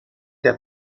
der